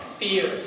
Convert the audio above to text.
fear